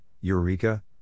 Eureka